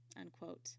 Unquote